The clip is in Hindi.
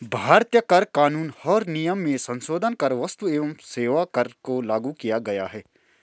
भारतीय कर कानून और नियम में संसोधन कर क्स्तु एवं सेवा कर को लागू किया गया है